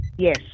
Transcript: Yes